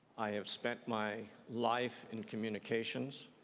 i have spent my life in communications.